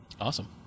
Awesome